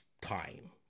time